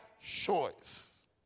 choice